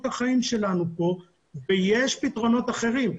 החיים שלנו כאן ויש פתרונות אחרים.